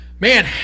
Man